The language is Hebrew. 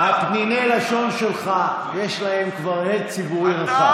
פניני הלשון שלך, יש להן כבר הד ציבורי רחב.